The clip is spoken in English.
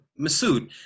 masood